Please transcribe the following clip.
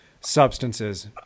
substances